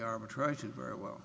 arbitration very well